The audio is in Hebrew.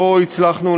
לא הצלחנו,